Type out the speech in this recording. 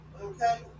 okay